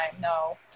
no